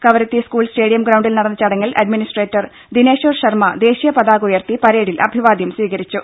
Kavaratti school stadium ഗ്രൌണ്ടിൽ നടന്ന ചടങ്ങിൽ അഡ്മിനിസ്ട്രേറ്റർ ദിനേശ്വർ ഷർമ്മ ദേശീയ പതാക ഉയർത്തി പരേഡിൽ അഭിവാദ്യം സ്വീകരിച്ചു